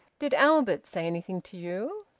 did albert say anything to you?